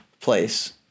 place